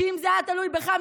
שאם זה היה תלוי בך,